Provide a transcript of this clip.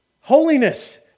holiness